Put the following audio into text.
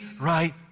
right